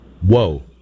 whoa